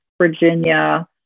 Virginia